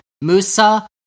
Musa